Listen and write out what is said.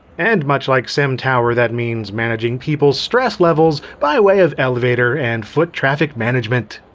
and much like simtower, that means managing people's stress levels by way of elevator and foot traffic management.